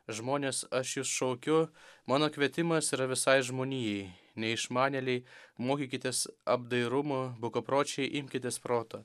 žmonės aš jus šaukiu mano kvietimas yra visai žmonijai neišmanėliai mokykitės apdairumo bukapročiai imkitės proto